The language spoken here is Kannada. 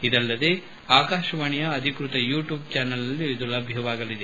ಇದಲ್ಲದೆ ಆಕಾಶವಾಣಿಯ ಅಧಿಕೃತ ಯೂಟ್ಲೂಬ್ ಚಾನೆಲ್ ನ್ಲೂಸ್ನಲ್ಲಿಯೂ ಇದು ಲಭ್ಯವಾಗಲಿದೆ